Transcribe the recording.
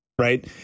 right